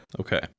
Okay